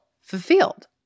fulfilled